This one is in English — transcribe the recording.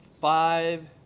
five